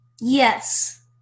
Yes